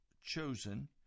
chosen